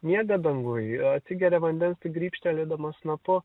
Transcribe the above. miega danguj atsigeria vandens tik grybštelėdamas snapu